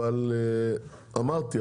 אבל כמו שאמרתי,